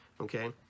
okay